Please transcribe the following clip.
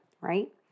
right